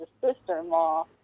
sister-in-law